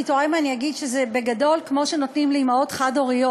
אני טועה אם אני אגיד שזה בגדול כמו שנותנים לאימהות חד-הוריות?